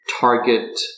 target